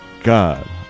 God